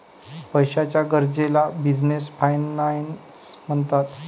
पैशाच्या गरजेला business finance म्हणतात